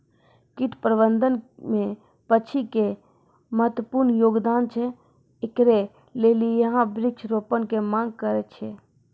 कीट प्रबंधन मे पक्षी के महत्वपूर्ण योगदान छैय, इकरे लेली यहाँ वृक्ष रोपण के मांग करेय छैय?